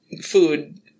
food